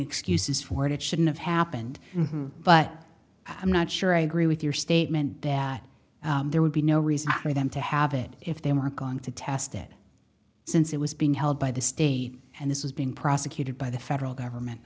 excuses for it it shouldn't have happened but i'm not sure i agree with your statement that there would be no reason for them to have it if they mark on to test it since it was being held by the state and this is being prosecuted by the federal government